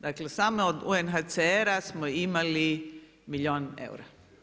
Dakle, samo od UNHCR-a smo imali milijun eura.